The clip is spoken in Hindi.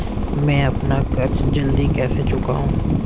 मैं अपना कर्ज जल्दी कैसे चुकाऊं?